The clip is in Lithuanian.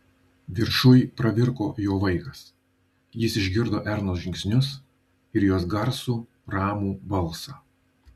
viršuj pravirko jo vaikas jis išgirdo ernos žingsnius ir jos garsų ramų balsą